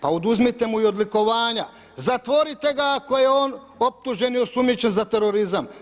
Pa oduzmite mu i odlikovanja, zatvorite ga ako je optužen i osumnjičen za terorizam.